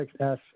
6s